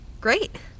Great